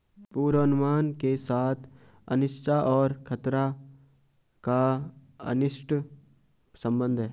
पूर्वानुमान के साथ अनिश्चितता और खतरा का घनिष्ट संबंध है